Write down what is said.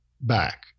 back